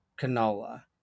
canola